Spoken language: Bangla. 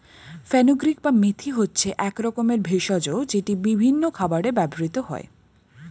ফেনুগ্রীক বা মেথি হচ্ছে এক রকমের ভেষজ যেটি বিভিন্ন খাবারে ব্যবহৃত হয়